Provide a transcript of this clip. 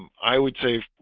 um i would say